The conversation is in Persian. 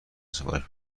سفارش